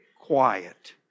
quiet